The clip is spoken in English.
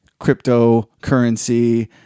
cryptocurrency